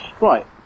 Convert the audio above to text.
Right